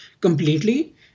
completely